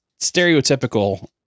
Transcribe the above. stereotypical